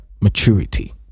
maturity